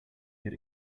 get